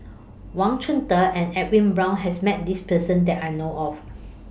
Wang Chunde and Edwin Brown has Met This Person that I know of